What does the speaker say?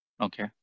Okay